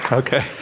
ah okay.